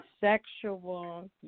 sexual